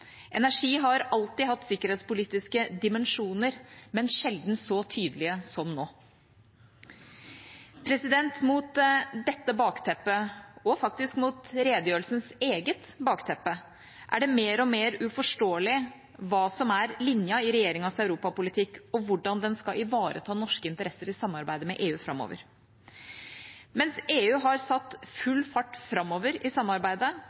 Energi har alltid hatt sikkerhetspolitiske dimensjoner, men sjelden så tydelige som nå. Mot dette bakteppet, og faktisk mot redegjørelsens eget bakteppe, er det mer og mer uforståelig hva som er linjen i regjeringas europapolitikk, og hvordan den skal ivareta norske interesser i samarbeidet med EU framover. Mens EU har satt full fart framover i samarbeidet,